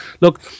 Look